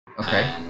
Okay